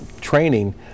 training